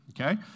Okay